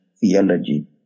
theology